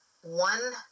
one